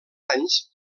anys